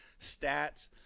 stats